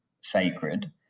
sacred